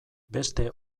beste